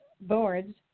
boards